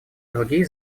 другие